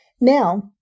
Now